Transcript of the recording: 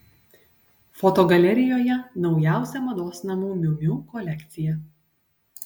fotogalerijoje naujausia mados namų miu miu kolekcija